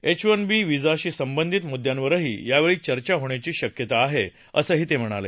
H one B व्हिसाशी संबंधित मुद्यांवरही यावेळी चर्चा होण्याची शक्यता आहे असं ते म्हणाले